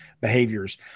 behaviors